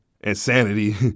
insanity